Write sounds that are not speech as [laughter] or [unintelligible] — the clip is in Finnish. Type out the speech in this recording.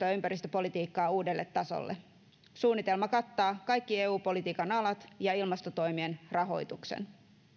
[unintelligible] ja ympäristöpolitiikkaa uudelle tasolle suunnitelma kattaa kaikki eu politiikan alat ja ilmastotoimien rahoituksen